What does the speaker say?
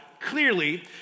clearly